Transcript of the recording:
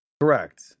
Correct